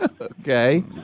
Okay